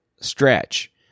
stretch